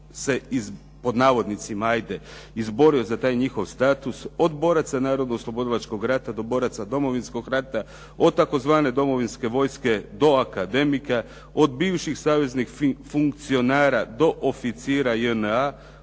se, pod navodnicima ajde, izborio za taj njihov status, od boraca Narodno oslobodilačkog rata do boraca Domovinskog rata, od tzv. domovinske vojske do akademika, od bivših saveznih funkcionara do oficira JNA,